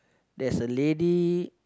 there's a lady